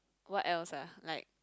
what else ah like